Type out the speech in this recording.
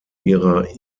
ihrer